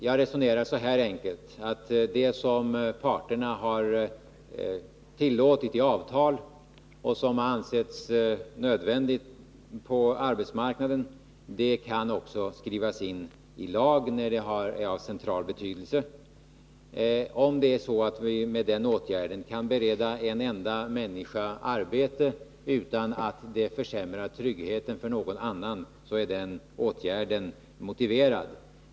Jag resonerar så här enkelt: Det som parterna har tillåtit i avtal och som har ansetts nödvändigt på arbetsmarknaden kan också skrivas in i lag när det är av central betydelse. Redan om vi med den åtgärden kan bereda en enda människa arbete utan att det försämrar tryggheten för någon annan, är den åtgärden motiverad.